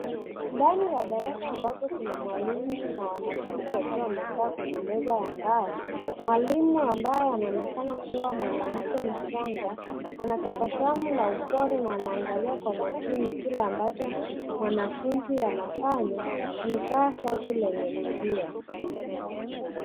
Ndani ya darasa ambapo kuna mwalimu na wanafunzi wakiwa wamekaa kwenye meza ya mbao mwalimu ambaye anaonekana kuwa mwanamke mchanga anatabasamu na upole na anaangalia kwa makini kile ambacho mwanafunzi anafanya amevaa shati lenye mivia.